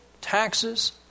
taxes